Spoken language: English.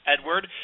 Edward